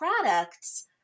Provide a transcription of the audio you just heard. products